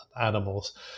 animals